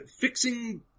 fixing